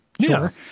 Sure